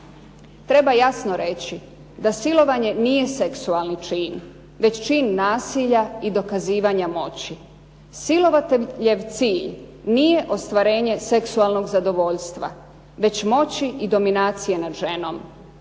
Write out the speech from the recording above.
Treba jasno reći da silovanje nije seksualni čin, već čin nasilja i dokazivanja moći. Silovateljev cilj nije ostvarenje seksualnog zadovoljstva, već moći i dominacije nad ženom.